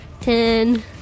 Ten